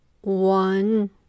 One